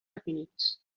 definits